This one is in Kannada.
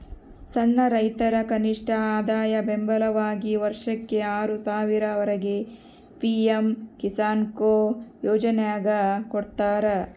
ಸಣ್ಣ ರೈತರ ಕನಿಷ್ಠಆದಾಯ ಬೆಂಬಲವಾಗಿ ವರ್ಷಕ್ಕೆ ಆರು ಸಾವಿರ ವರೆಗೆ ಪಿ ಎಂ ಕಿಸಾನ್ಕೊ ಯೋಜನ್ಯಾಗ ಕೊಡ್ತಾರ